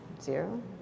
Zero